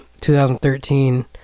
2013